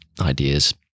ideas